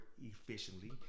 efficiently